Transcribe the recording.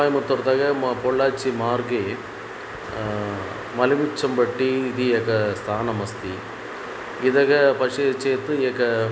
कोयमुत्तूर्तग म पोळ्ळाचि मार्गे मलमिच्चम्बट्टी इति एकं स्थानमस्ति इति पश्यति चेत् एक